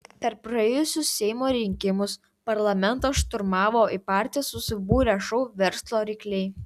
per praėjusius seimo rinkimus parlamentą šturmavo į partiją susibūrę šou verslo rykliai